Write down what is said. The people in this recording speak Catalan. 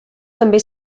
també